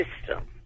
system